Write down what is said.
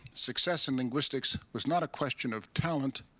success in linguistics was not a question of talent,